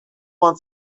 joan